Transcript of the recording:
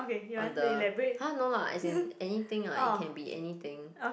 on the !huh! no lah as in anything lah it can be anything